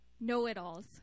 know-it-alls